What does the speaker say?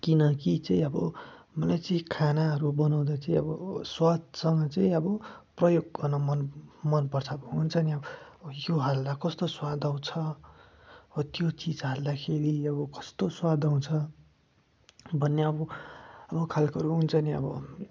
किनकि चाहिँ अब मलाई चाहिँ खानाहरू बनाउँदा चाहिँ अब स्वादसँग चाहिँ अब प्रयोग गर्न मन मनपर्छ हुन्छ नि अब यो हाल्दा कस्तो स्वाद आउँछ अब त्यो चिज हाल्दाखेरि अब कस्तो स्वाद आउँछ भन्ने अब अब खालकोहरू हुन्छ नि अब